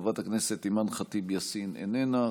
חברת הכנסת אימאן ח'טיב יאסין, איננה.